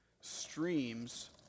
streams